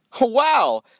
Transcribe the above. Wow